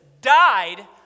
died